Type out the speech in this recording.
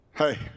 hey